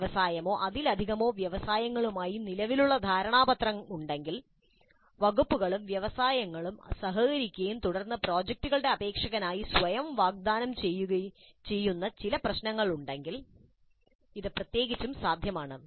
ഒരു വ്യവസായമോ അതിലധികമോ വ്യവസായങ്ങളുമായി നിലവിലുള്ള ധാരണാപത്രം ഉണ്ടെങ്കിൽ വകുപ്പുകളും വ്യവസായങ്ങളും സഹകരിക്കുകയും തുടർന്ന് പ്രോജക്റ്റുകളുടെ അപേക്ഷകനായി സ്വയം വാഗ്ദാനം ചെയ്യുന്ന ചില പ്രശ്നങ്ങളുണ്ടെങ്കിൽ ഇത് പ്രത്യേകിച്ചും സാധ്യമാണ്